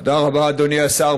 תודה רבה, אדוני השר.